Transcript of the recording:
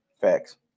facts